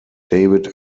david